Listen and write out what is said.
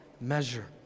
measure